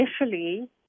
initially